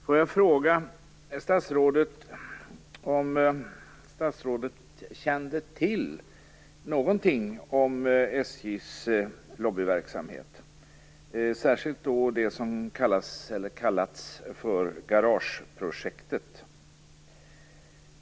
Får jag fråga statsrådet om statsrådet kände till någonting om SJ:s lobbyverksamhet, särskilt om det som kallats "garageprojektet"?